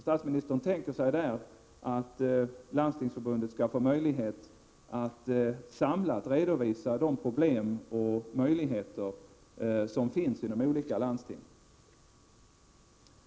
Statsministern tänker sig därvid att Landstingsförbundet skall få tillfälle att samlat redovisa de problem och möjligheter som finns i de olika landstingen.